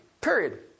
Period